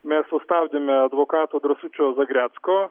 mes sustabdėme advokato drąsučio zagrecko